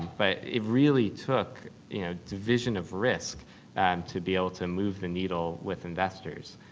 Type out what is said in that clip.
but it really took you know division of risk and to be able to move the needle with investors.